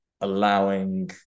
allowing